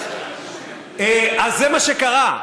אז זה מה שקרה.